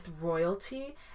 royalty